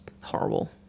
horrible